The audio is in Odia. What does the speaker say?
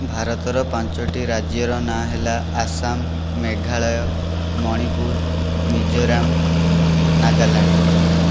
ଭାରତର ପାଞ୍ଚଟି ରାଜ୍ୟର ନାଁ ହେଲା ଆସାମ ମେଘାଳୟ ମଣିପୁର ମିଜୋରାମ ନାଗାଲାଣ୍ଡ